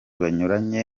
banyuranye